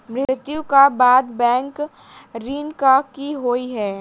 मृत्यु कऽ बाद बैंक ऋण कऽ की होइ है?